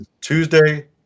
Tuesday